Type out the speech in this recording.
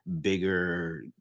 bigger